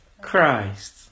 christ